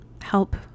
help